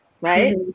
right